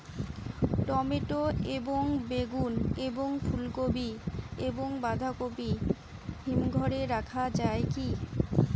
Tomato এবং বেগুন এবং ফুলকপি এবং বাঁধাকপি হিমঘরে রাখা যায় কি?